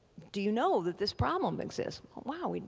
do you know that this problem exists? wow,